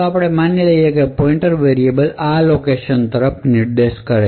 આપણે માની લઈએ છીએ કે પોઇન્ટર વેરિયેબલ આ લોકેશન તરફ નિર્દેશ કરે છે